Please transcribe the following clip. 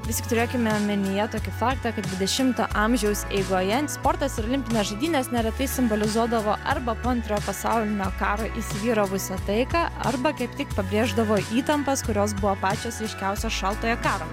vis tik turėkime omenyje tokį faktą kad dvidešimto amžiaus eigoje sportas ir olimpinės žaidynės neretai simbolizuodavo arba po antrojo pasaulinio karo įsivyravusią taiką arba kaip tik abrėždavo įtampas kurios buvo pačios ryškiausios šaltojo karo